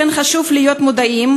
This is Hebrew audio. לכן, חשוב להיות מודעים